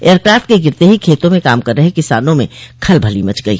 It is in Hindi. एयरक्राफ्ट के गिरते ही खेतों में काम कर रहे किसानों में खलबली मच गई